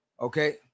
Okay